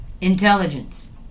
intelligence